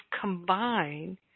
combine